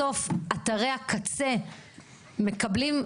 בסוף אתרי הקצה מקבלים,